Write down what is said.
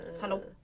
Hello